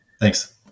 Thanks